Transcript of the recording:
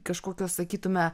kažkokio sakytume